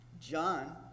John